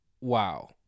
wow